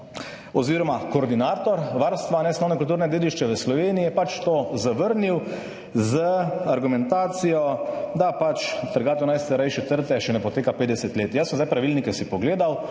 oziroma koordinator varstva nesnovne kulturne dediščine v Sloveniji, je pač to zavrnil z argumentacijo, da trgatev najstarejše trte še ne poteka 50 let. Jaz sem si zdaj pravilnike pogledal,